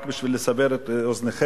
רק בשביל לסבר את אוזנכם,